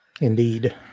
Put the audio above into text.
indeed